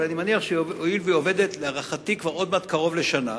אבל אני מניח שהואיל והיא עובדת להערכתי כבר עוד מעט קרוב לשנה,